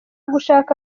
gushaka